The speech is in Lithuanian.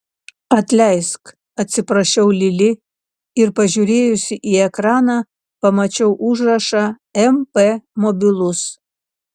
atleisk atsiprašiau lili ir pažiūrėjusi į ekraną pamačiau užrašą mp mobilus